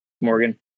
Morgan